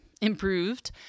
improved